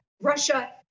Russia